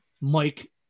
Mike